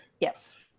yes